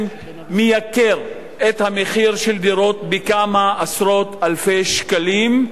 מייקר את הדירות בכמה עשרות אלפי שקלים,